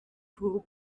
cool